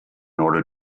order